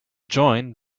join